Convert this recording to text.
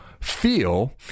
feel